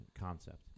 concept